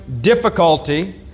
difficulty